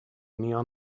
neon